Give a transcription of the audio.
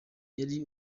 yari